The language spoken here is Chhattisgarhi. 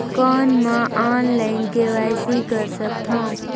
कौन मैं ऑनलाइन के.वाई.सी कर सकथव?